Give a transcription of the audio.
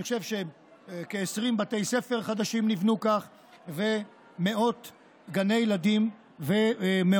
אני חושב שכ-20 בתי ספר חדשים נבנו כך ומאות גני ילדים ומעונות.